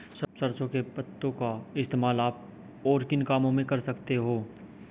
सरसों के पत्तों का इस्तेमाल आप और किन कामों में कर सकते हो?